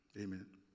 amen